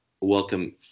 welcome